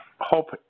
hope